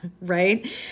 right